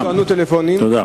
תודה.